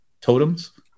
Totems